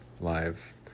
live